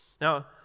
Now